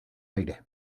aires